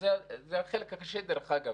וזה החלק הקשה, דרך אגב.